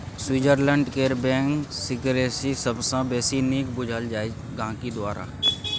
Switzerland केर bank secrecy सबसँ बेसी नीक बुझल जाइ छै गांहिकी द्वारा